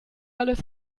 alles